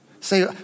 Say